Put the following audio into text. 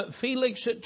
Felix